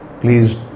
please